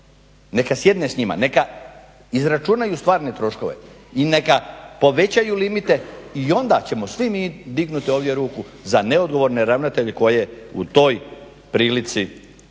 neka sjedne s njima, neka izračunaju stvarne troškove i neka povećaju limite i onda ćemo svi mi dignuti ovdje ruku za neodgovorne ravnatelje koji u toj prilici budu